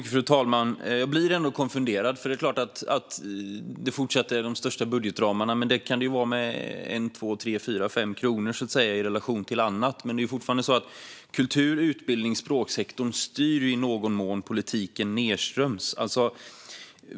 Fru talman! Jag blir ändå konfunderad. Det är klart att det fortsatt är de största budgetramarna. Men det kan vara med 1, 2, 3, 4 eller 5 kronor i relation till annat. Men det är fortfarande så att kultur, utbildnings och språksektorn i någon mån styr politiken nedströms.